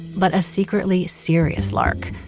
but a secretly serious lark.